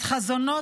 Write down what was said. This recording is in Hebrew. את חזונו,